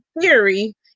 theory